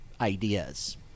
ideas